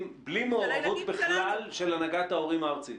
בלי מעורבות בכלל של הנהגת ההורים הארצית.